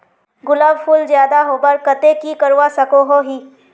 गुलाब फूल ज्यादा होबार केते की करवा सकोहो ही?